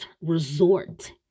resort